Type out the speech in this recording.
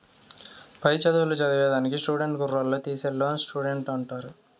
పై చదువులు చదివేదానికి స్టూడెంట్ కుర్రోల్లు తీసీ లోన్నే స్టూడెంట్ లోన్ అంటారు